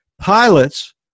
pilots